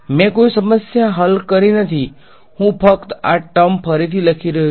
મેં કોઈ સમસ્યા હલ કરી નથી હું ફક્ત આ ટર્મ ફરીથી લખી રહ્યો છુ